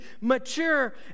mature